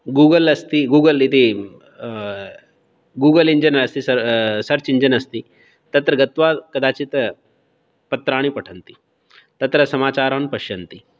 Google अस्ति Google इति Google engine अस्ति सर् सर्च् इञ्जन् अस्ति तत्र गत्वा कदाचित् पत्राणि पठन्ति तत्र समाचारान् पश्यन्ति